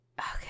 Okay